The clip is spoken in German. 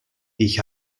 ich